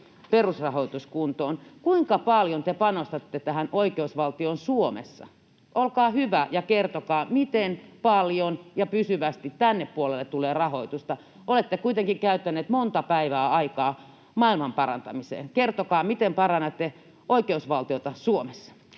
perusrahoitus kuntoon. Kuinka paljon te panostatte oikeusvaltioon Suomessa? Olkaa hyvä ja kertokaa, miten paljon ja pysyvästi tänne puolelle tulee rahoitusta. Olette kuitenkin käyttäneet monta päivää aikaa maailmanparantamiseen. Kertokaa, miten parannatte oikeusvaltiota Suomessa.